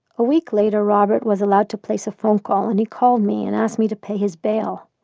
a week later, robert was allowed to place a phone call, and he called me and asked me to pay his bail.